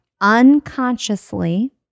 unconsciously